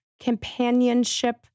companionship